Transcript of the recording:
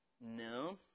No